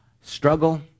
struggle